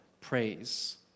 praise